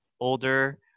older